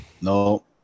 no